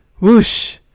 Whoosh